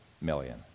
million